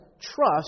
trust